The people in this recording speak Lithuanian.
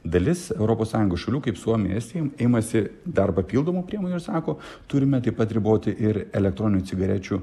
dalis europos sąjungos šalių kaip suomija estija imasi dar papildomų priemonių sako turime taip pat riboti ir elektroninių cigarečių